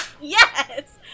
Yes